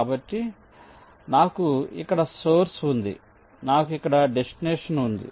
కాబట్టి నాకు ఇక్కడ సోర్స్ ఉంది నాకు ఇక్కడ డెస్టినేషన్ ఉంది